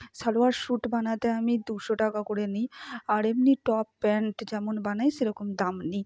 salwar suit বানাতে আমি দুশো টাকা করে নিই আর এমনি টপ প্যান্ট যেমন বানাই সেরকম দাম নিই